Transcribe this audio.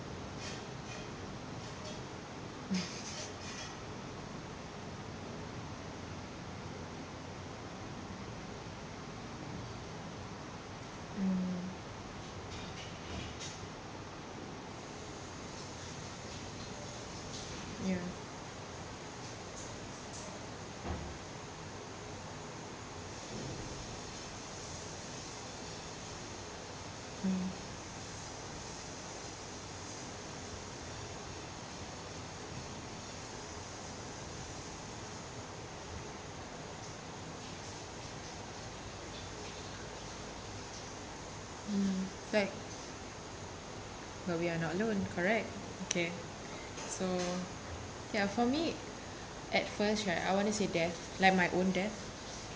mm mm ya mm mm like but we are not alone correct okay so ya for me at first right I want to say death like my own death